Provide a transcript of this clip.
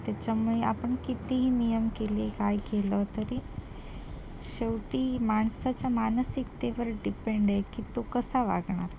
त्याच्यामुळे आपण कितीही नियम केले काय केलं तरी शेवटी माणसाच्या मानसिकतेवर डिपेंड आहे की तो कसा वागणार